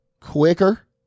quicker